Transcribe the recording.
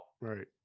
right